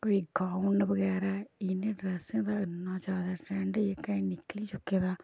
कोई गाउन बगैरा इनें ड्रैसें दा इन्ना ज्यादा ट्रैंड जेह्का निकली चुके दा